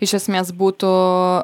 iš esmės būtų